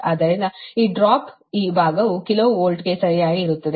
ಆದ್ದರಿಂದ ಈ ಡ್ರಾಪ್ ಈ ಭಾಗವು ಕಿಲೋ ವೋಲ್ಟ್ಗೆ ಸರಿಯಾಗಿ ಇರುತ್ತದೆ